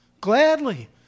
gladly